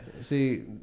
See